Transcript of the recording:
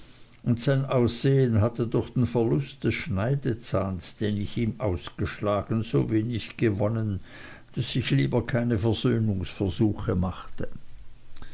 und sein aussehen hatte durch den verlust des schneidezahns den ich ihm ausgeschlagen so wenig gewonnen daß ich lieber keine aussöhnungsversuche machte